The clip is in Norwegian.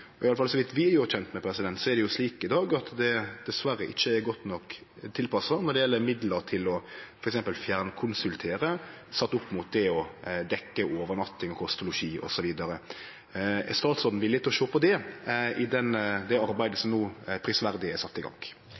så vidt vi kjenner til, er det slik i dag at det dessverre ikkje er godt nok tilpassa når det gjeld midlar til f.eks. å fjernkonsultere sett opp mot å dekkje overnatting, kost og losji osv. Er statsråden villig til å sjå på det, i det arbeidet som no prisverdig er sett i gang?